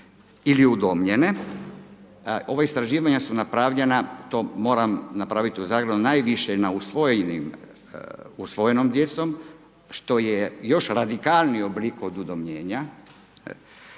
ili udomljene, ova istraživanja su napravljena, to moram napraviti u …/Govornik se ne razumije/…najviše na usvojenim, usvojenom djecom, što je još radikalnije obliku od udomljenja.